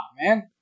man